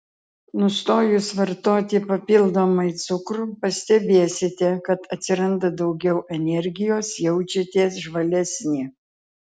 nustojus vartoti papildomai cukrų pastebėsite kad atsiranda daugiau energijos jaučiatės žvalesni